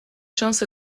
شانس